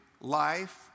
life